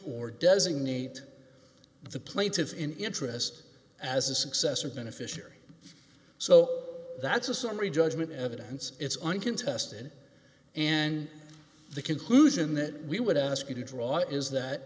or designate the plaintiffs in interest as a successor beneficiary so that's a summary judgment evidence it's uncontested and the conclusion that we would ask you to draw is that